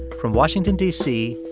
from washington, d c,